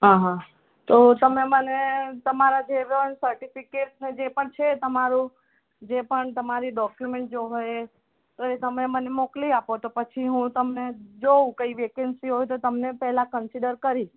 અંહં તો તમે મને તમારા જે પણ સર્ટિફિકેટ્સ ને જે પણ છે તમારું જે પણ તમારી ડોક્યુમેન્ટ જો હોય એ તો એ તમે મને મોકલી આપો તો પછી હું તમને જોઉં કે કંઈ વેકેન્સી હોઈ તો તમને પહેલાં કન્સીડર કરીશ